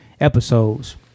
episodes